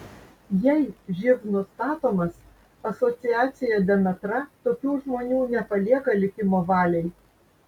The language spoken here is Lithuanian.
jei živ nustatomas asociacija demetra tokių žmonių nepalieka likimo valiai